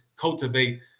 cultivate